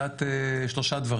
אתה בעצם ביקשת לדעת שלושה דברים.